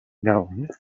known